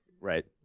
Right